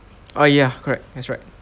ah ya correct that's right